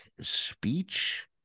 speech